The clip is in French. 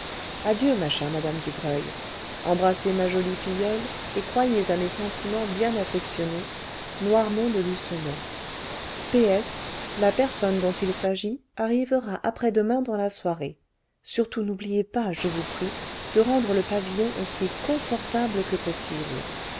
adieu ma chère madame dubreuil embrassez ma jolie filleule et croyez à mes sentiments bien affectionnés noirmont de lucenay p s la personne dont il s'agit arrivera après-demain dans la soirée surtout n'oubliez pas je vous prie de rendre le pavillon aussi confortable que possible